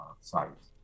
sites